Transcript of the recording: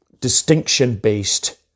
distinction-based